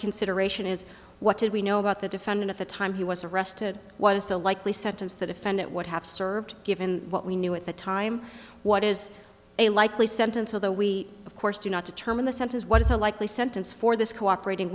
consideration is what did we know about the defendant at the time he was arrested what is the likely sentence the defendant would have served given what we knew at the time what is a likely sentence of the we of course do not determine the sentence what is the likely sentence for this cooperating